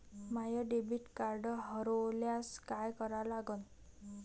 माय debit card हरोल्यास काय करा लागन?